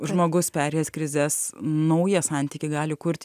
žmogus perėjęs krizes naują santykį gali kurt